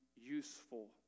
useful